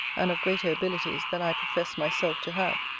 and of greater abilities than i profess myself to have.